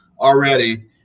already